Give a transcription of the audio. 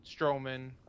Strowman